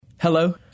Hello